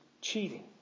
cheating